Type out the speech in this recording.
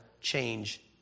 change